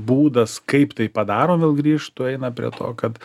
būdas kaip tai padarom vėl grįžtu eina prie to kad